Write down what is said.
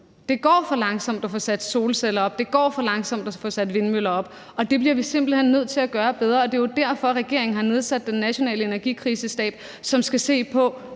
Det går for langsomt med at få sat solceller op, det går for langsomt med at få sat vindmøller op, og det bliver vi simpelt hen nødt til at gøre bedre. Det er jo derfor, regeringen har nedsat den nationale energikrisestab, som skal se på,